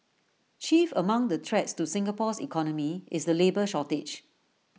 chief among the threats to Singapore's economy is the labour shortage